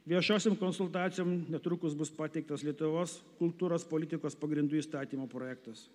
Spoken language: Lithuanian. viešosiom konsultacijom netrukus bus pateiktos lietuvos kultūros politikos pagrindų įstatymo projektas